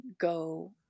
go